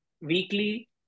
weekly